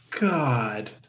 God